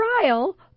trial